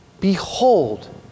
Behold